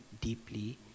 deeply